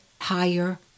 higher